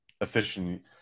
efficient